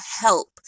help